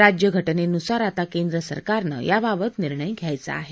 राज्यघटनेनुसार आता केंद्र सरकारनं याबाबत निर्णय घ्यायचा आहे